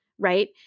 Right